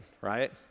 right